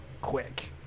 quick